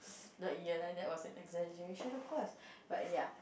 not year lah that was an exaggeration of course but ya